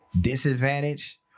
disadvantage